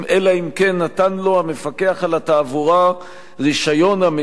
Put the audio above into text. אלא אם כן נתן לו המפקח על התעבורה רשיון המעיד